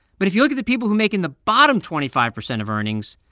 but if you look at the people who make in the bottom twenty five percent of earnings,